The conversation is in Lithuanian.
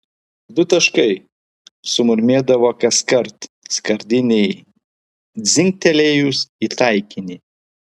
du taškai sumurmėdavo kaskart skardinei dzingtelėjus į taikinį